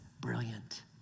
brilliant